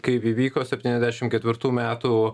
kaip įvyko septyniasdešim ketvirtų metų